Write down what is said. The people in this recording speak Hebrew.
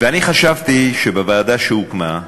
חשבתי שבוועדה שהוקמה,